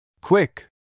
Quick